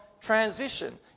transition